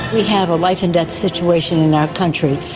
we have a life and death situation in our country,